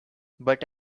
but